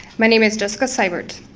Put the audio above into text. my name is jessica sievert.